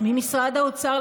במשרד האוצר,